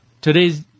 today's